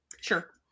sure